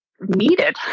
needed